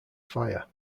fire